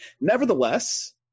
Nevertheless